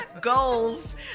Goals